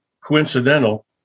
coincidental